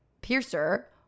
piercer